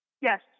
Yes